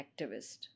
activist